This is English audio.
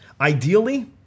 Ideally